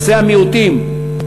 נושא המיעוטים,